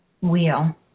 wheel